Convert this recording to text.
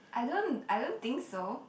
I don't I don't think so